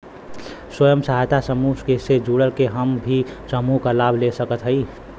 स्वयं सहायता समूह से जुड़ के हम भी समूह क लाभ ले सकत हई?